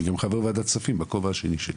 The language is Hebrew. אני גם חבר ועדת כספים בכובע השני שלי,